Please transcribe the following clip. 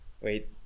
wait